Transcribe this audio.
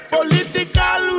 Political